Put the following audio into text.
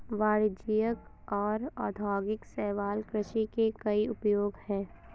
वाणिज्यिक और औद्योगिक शैवाल कृषि के कई उपयोग हैं